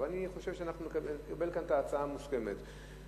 אני חושב שיש כאן הצעה מוסכמת.